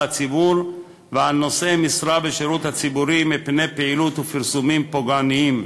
הציבור ועל נושאי משרה בשירות הציבורי מפני פעילות ופרסומים פוגעניים,